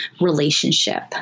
relationship